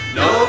no